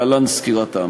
כמה תיקונים, ולהלן סקירתם.